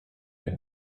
der